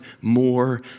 more